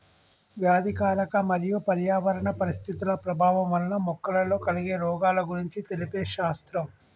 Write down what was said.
వ్యాధికారక మరియు పర్యావరణ పరిస్థితుల ప్రభావం వలన మొక్కలలో కలిగే రోగాల గురించి తెలిపే శాస్త్రం